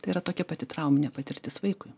tai yra tokia pati trauminė patirtis vaikui